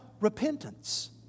Repentance